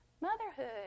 Motherhood